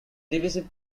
divisive